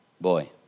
Boy